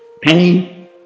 Pain